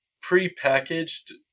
pre-packaged